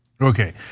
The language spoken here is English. Okay